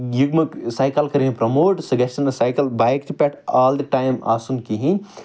یہِ مہٕ سایکل کٔرِنۍ پرٛموٹ سُہ گَژھہِ نہٕ سایکل بایکہِ پٮ۪ٹھ آل دِ ٹایم آسُن کِہیٖنۍ